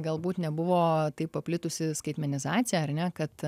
galbūt nebuvo taip paplitusi skaitmenizacija ar ne kad